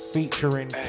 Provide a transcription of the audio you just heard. Featuring